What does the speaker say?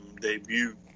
debut